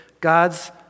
God's